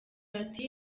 ati